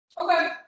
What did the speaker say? Okay